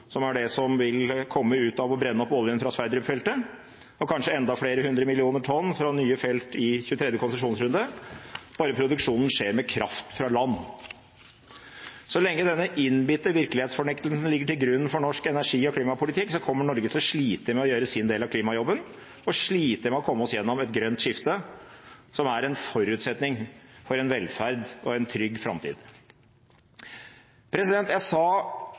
som er det som vil komme ut av å brenne opp oljen fra Johan Sverdrup-feltet, og kanskje enda flere hundre millioner tonn fra nye felt i 23. konsesjonsrunde, bare produksjonen skjer med kraft fra land. Så lenge denne innbitte virkelighetsfornektelsen ligger til grunn for norsk energi- og klimapolitikk, kommer Norge til å slite med å gjøre sin del av klimajobben og slite med å komme oss gjennom et grønt skifte, som er en forutsetning for velferd og en trygg framtid. Jeg sa